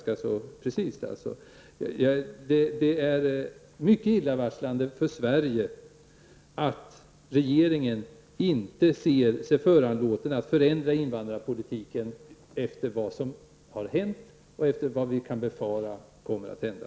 Det är mycket illavarslande för Sverige att regeringen inte anser sig föranlåten att förändra invandrarpolitiken efter vad som har hänt och efter vad vi kan befara kommer att hända.